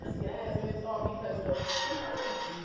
yes, and it's all because of some herbs.